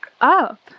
up